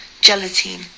gelatine